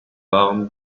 barn